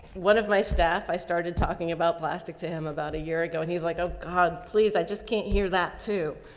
one of my staff, i started talking about plastic to him about a year ago and he's like, oh god, please, i just can't hear that too.